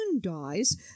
dies